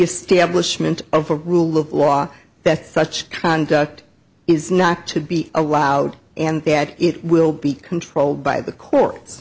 establishment of a rule of law that such conduct is not to be allowed and that it will be controlled by the courts